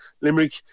Limerick